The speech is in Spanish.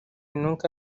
nunca